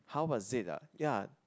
how was it ah ya